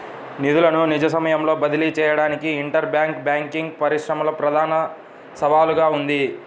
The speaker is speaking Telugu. నిధులను నిజ సమయంలో బదిలీ చేయడానికి ఇంటర్ బ్యాంక్ బ్యాంకింగ్ పరిశ్రమలో ప్రధాన సవాలుగా ఉంది